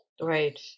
Right